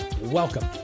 welcome